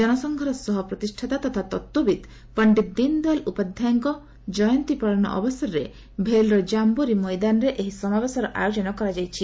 ଜନସଂଘର ସହ ପ୍ରତିଷ୍ଠାତା ତଥା ଦଳର ତତ୍ତ୍ୱବିତ୍ ପଶ୍ିତ ଦୀନଦୟାଲ ଉପାଧ୍ୟାୟଙ୍କ ଜୟନ୍ତୀ ପାଳନ ଅବସରରେ ଭେଲର ବିଏଚ୍ଇଏଲ୍ର ଜାମ୍ବୋରି ମଇଦାନରେ ଏହି ସମାବେଶର ଆୟୋଜନ କରାଯାଇଛି